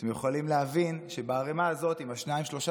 אתם יכולים להבין שבערמה הזאת עם השניים-שלושה